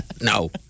No